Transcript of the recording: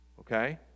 Okay